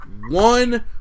one